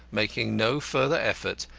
making no further effort,